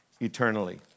eternally